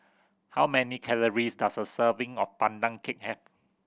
how many calories does a serving of Pandan Cake have